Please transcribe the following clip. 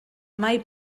mai